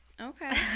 okay